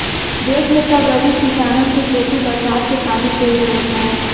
देस में त गरीब किसानन के खेती बरसात के पानी से ही होत हौ